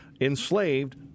enslaved